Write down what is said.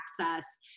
access